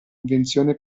invenzione